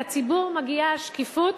לציבור מגיע שקיפות,